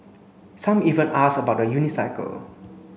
some even ask about the unicycle